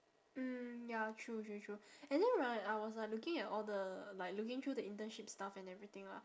mm ya true true true and then right I was like looking at all the like looking through the internship stuff and everything ah